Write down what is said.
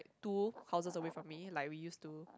two houses away from me like we used to